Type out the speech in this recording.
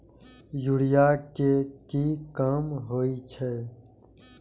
Urea के की काम होई छै?